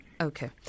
Okay